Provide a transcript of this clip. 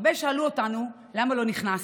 הרבה שאלו אותנו למה לא נכנסנו.